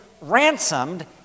ransomed